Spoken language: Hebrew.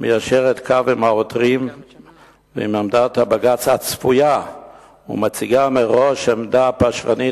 מיישרת קו עם העותרים ועם עמדת הבג"ץ הצפויה ומציגה מראש עמדה פשרנית,